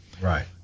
Right